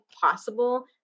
possible